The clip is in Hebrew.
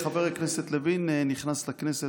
הם התחילו מעת שחבר הכנסת לוין נכנס לכנסת